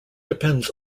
depends